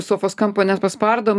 sofos kampo nepaspardom